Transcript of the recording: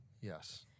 Yes